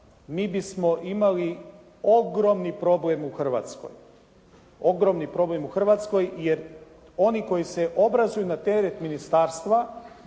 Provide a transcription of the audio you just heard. mi bismo imali ogromni problem u Hrvatskoj. Jer oni koji se obrazuju na teret ministarstva